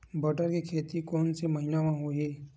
बटर के खेती कोन से महिना म होही?